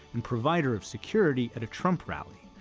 and provider of security at a trump rally.